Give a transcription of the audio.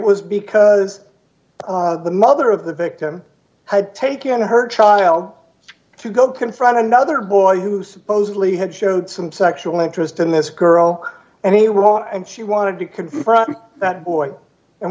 was because the mother of the victim had taken her child to go confront another boy who supposedly had showed some sexual interest in this girl and he was and she wanted to confront that boy and